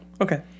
Okay